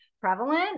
prevalent